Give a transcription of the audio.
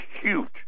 huge